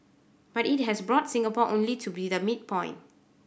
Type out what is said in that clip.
but it has brought Singapore only to be the midpoint